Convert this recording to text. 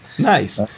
Nice